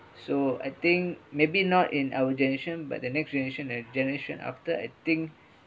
so I think maybe not in our generation but the next generation a generation after I think